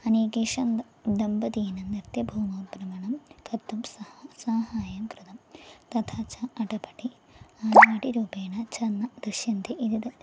अनेकेषां द दम्पतीनृत्यभूमौ भ्रमणं कर्तुं सह सहाय्यं कृतं तथा च अटपटि आटपटि रूपेण च दृश्यन्ते एतत्